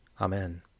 AMEN